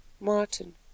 Martin